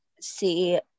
see